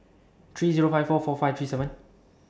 three Zero five four four five three seven